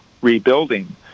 rebuilding